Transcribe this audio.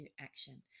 action